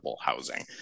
housing